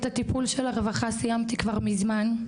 את הטיפול של הרווחה סיימתי כבר מזמן,